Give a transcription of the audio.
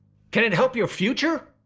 can it help your future?